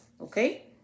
okay